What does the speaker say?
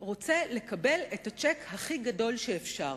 אני רוצה לקבל את הצ'ק הכי גדול שאפשר.